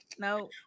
No